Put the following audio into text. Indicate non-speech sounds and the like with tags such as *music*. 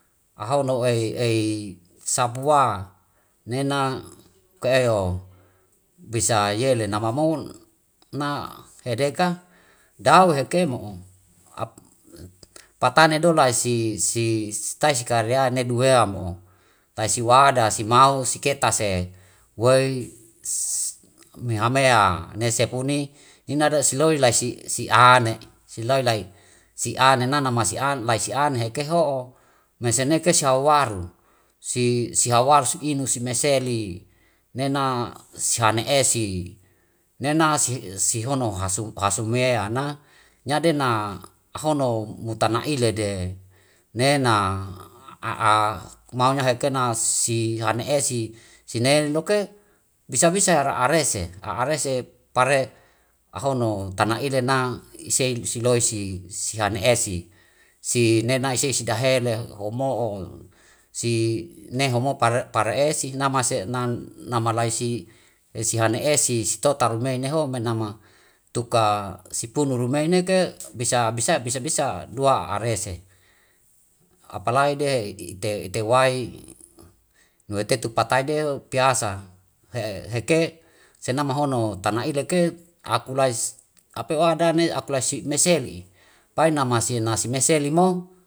Ahono ei *hesitation* sapua nena ke eho bisa yele nama mo na hedeka dau heke mo'o patane do lai si sitai kariane du wea mo. Lai siwada simau siketa se wei *hesitation* mihamea nesepuni ina da siloi lai si *hesitation* ane siloi lai si ane nana masi *hesitation* lai si ane heke ho'o mese neka siha waru si hawaru si inu sime seli nena si ane si, nena si hono hasumea na nyade na hono mutana ilede nena *hesitation* mau nya heke na si ane esi sine loke bisa bisa ara rese a'arese pare ahono tana ile na ise siloi si, si hane esi si nena isei si da hele homo'o si ne homo pare esi nama se nama lai si esi hana esi sito taru mei neho menama tuka sipunu rumei neke bisa *hesitation* dua arese. Apalaide ite wai nue tetu patai de piasa *hesitation* heke senama hono tana ileke aku lai apeu adane aku lai si mesili pai nama si nasi meseli mo.